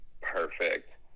perfect